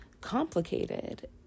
complicated